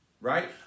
Right